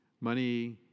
Money